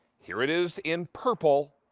here it is in purple.